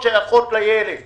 האם נכון יהיה לראות את התפטרותם